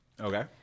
Okay